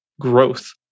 growth